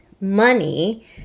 money